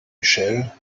michel